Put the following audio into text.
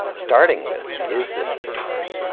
starting with, is this a story?